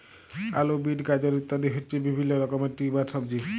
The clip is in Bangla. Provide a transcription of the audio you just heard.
আলু, বিট, গাজর ইত্যাদি হচ্ছে বিভিল্য রকমের টিউবার সবজি